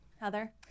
Heather